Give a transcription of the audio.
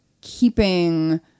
keeping